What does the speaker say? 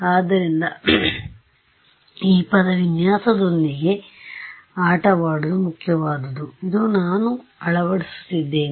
ಆದ್ದರಿಂದ ಈ ಪದ ವಿನ್ಯಾಸದೊಂದಿಗೆಆಟವಾಡುವುದು ಮುಖ್ಯವಾದುದು ಇದು ನಾನು ಅಳವಡಿಸುತ್ತಿದ್ದೇನೆ